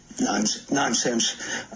Nonsense